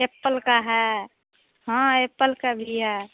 Apple का है हाँ एप्पल का भी है